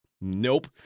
nope